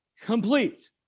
complete